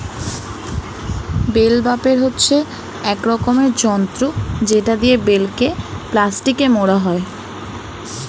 bell বাপের হচ্ছে এক রকমের যন্ত্র যেটা দিয়ে বেলকে প্লাস্টিকে মোড়া হয়